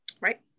right